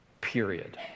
Period